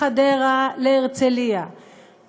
מחדרה להרצליה,